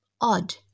odd